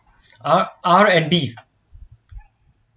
R R and B